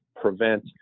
prevent